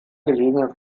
gelegenen